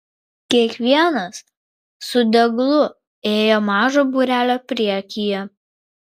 kiekvienas su deglu ėjo mažo būrelio priekyje